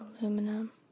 Aluminum